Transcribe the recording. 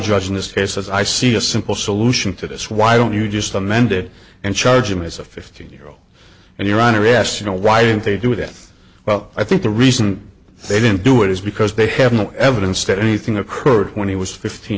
judge in this case as i see a simple solution to this why don't you just amend it and charge him as a fifteen year old and your honor yes you know why didn't they do it well i think the reason they didn't do it is because they have no evidence that anything occurred when he was fifteen